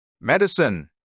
medicine